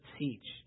teach